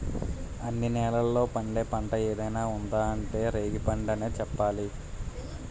అన్ని నేలల్లో పండే పంట ఏదైనా ఉందా అంటే రేగిపండనే చెప్పాలి